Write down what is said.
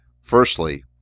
Firstly